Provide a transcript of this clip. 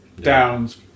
Downs